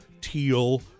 teal